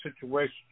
situation